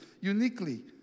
uniquely